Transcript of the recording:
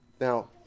Now